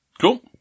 Cool